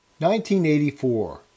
1984